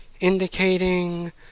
indicating